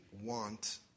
want